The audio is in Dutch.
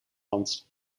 land